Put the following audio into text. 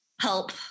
help